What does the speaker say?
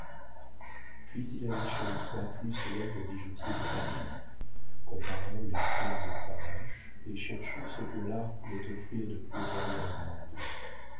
puis il alla chez les trois plus célèbres bijoutiers de paris comparant les pommes de cravache et cherchant ce que l'art pouvait offrir de plus royalement beau